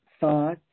thought